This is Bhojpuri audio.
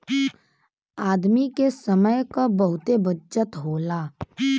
आदमी के समय क बहुते बचत होला